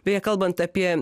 beje kalbant apie